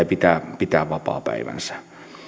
pitää pitää vapaapäivänsä